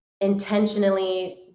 intentionally